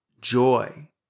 joy